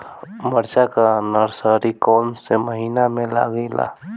मिरचा का नर्सरी कौने महीना में लागिला?